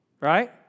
right